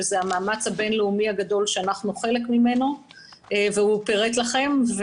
שהוא המאמץ הבין-לאומי שאנחנו חלק ממנו והוא פירט לכם.